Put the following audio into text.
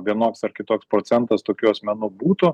vienoks ar kitoks procentas tokių asmenų būtų